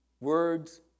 Words